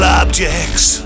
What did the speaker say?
objects